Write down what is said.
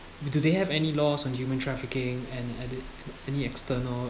do they have any laws on human trafficking and had it any external